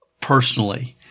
personally